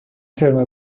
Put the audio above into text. ترم